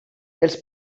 els